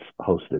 hosted